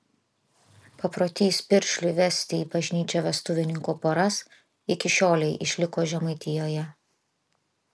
paprotys piršliui vesti į bažnyčią vestuvininkų poras iki šiolei išliko žemaitijoje